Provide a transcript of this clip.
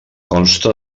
consta